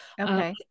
Okay